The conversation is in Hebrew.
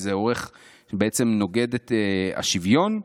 וזה בעצם נוגד את השוויון,